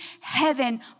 heaven